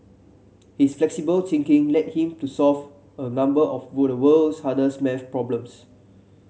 his flexible thinking led him to solve a number of the world's hardest maths problems